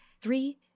Three